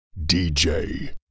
DJ